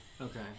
okay